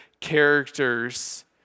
characters